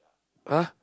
!huh!